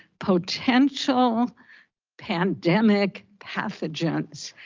potential pandemic pathogens.